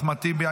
אחמד טיבי,